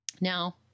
Now